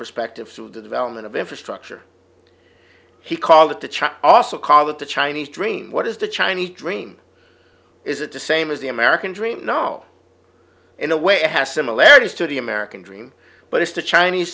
perspective through the development of infrastructure he called it the china also call it the chinese dream what is the chinese dream is it the same as the american dream you know in a way it has similarities to the american dream but it's the chinese